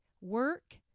work